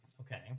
Okay